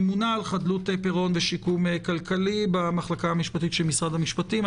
הממונה על חדלות פירעון ושיקום כלכלי במחלקה המשפטית של משרד המפשטים.